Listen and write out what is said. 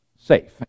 safe